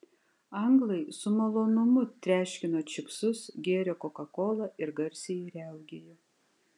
anglai su malonumu treškino čipsus gėrė kokakolą ir garsiai riaugėjo